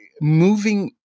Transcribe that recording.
Moving